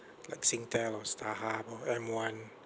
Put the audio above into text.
like Singtel or Starhub or M one